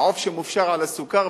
והעוף שמופשר על הסוכר,